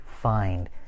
find